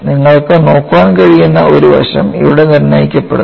നിങ്ങൾക്ക് നോക്കാൻ കഴിയുന്ന ഒരു വശം ഇവിടെ നിർണ്ണയിക്കപ്പെടുന്നു